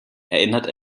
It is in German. erinnert